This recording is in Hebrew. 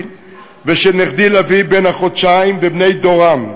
ושל נכדי לביא בן החודשיים ובני דורם.